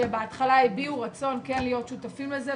שבהתחלה הביעו רצון כן להיות שותפים לזה,